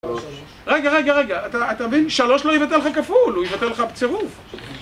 רגע, רגע, רגע, אתה מבין? שלוש לא ייבטל לך כפול, הוא ייבטל לך בצירוף.